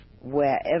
wherever